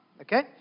Okay